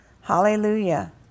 Hallelujah